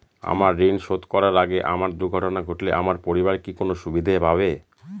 আমার ঋণ শোধ করার আগে আমার দুর্ঘটনা ঘটলে আমার পরিবার কি কোনো সুবিধে পাবে?